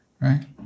Right